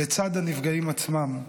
לצד הנפגעים עצמם.